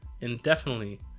indefinitely